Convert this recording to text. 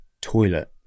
toilet